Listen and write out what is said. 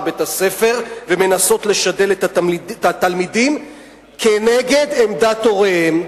בית-הספר ומנסות לשדל את התלמידים נגד עמדת הוריהם,